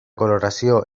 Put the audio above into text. coloració